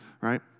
Right